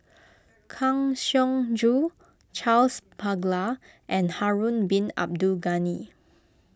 Kang Siong Joo Charles Paglar and Harun Bin Abdul Ghani